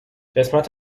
قسمت